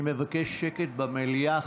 אני מבקש שקט במליאה.